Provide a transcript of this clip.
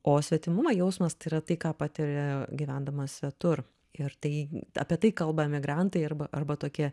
o svetimumo jausmas tai yra tai ką patiri gyvendamas svetur ir tai apie tai kalba emigrantai arba arba tokie